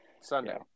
Sunday